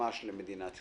למדינת ישראל,